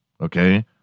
okay